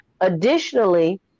Additionally